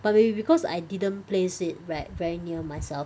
but maybe because I didn't place it right very near myself